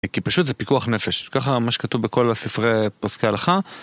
כי פשוט זה פיקוח נפש, וככה... מה שכתוב בכל ספרי... פוסקי הלכה.